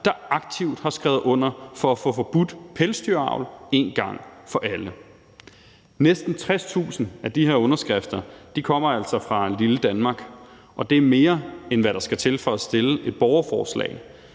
der aktivt har skrevet under for at få forbudt pelsdyravl en gang for alle. Næsten 60.000 af de her underskrifter kommer altså fra lille Danmark, og det er mere, end hvad der skal til for at få fremsat et borgerforslag.